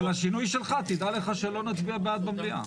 אבל השינוי שלך, תדע לך שלא נצביע בעד במליאה.